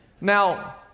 Now